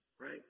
right